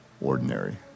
ordinary